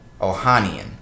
Ohanian